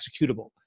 executable